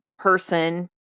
Person